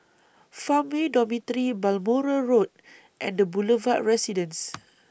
Farmway Dormitory Balmoral Road and The Boulevard Residence